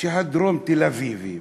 שהדרום תל-אביבים